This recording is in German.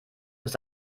ist